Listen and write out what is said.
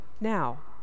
now